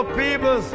people